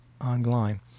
online